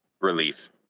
relief